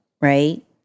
right